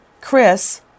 Chris